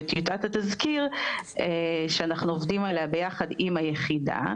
וטיוטת התזכיר שאנחנו עובדים עליה ביחד עם היחידה,